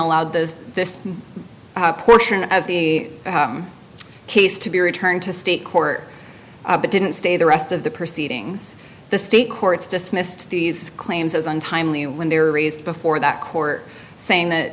allowed those this portion of the case to be returned to state court but didn't stay the rest of the proceedings the state courts dismissed these claims as untimely when they were raised before that court saying that